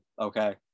okay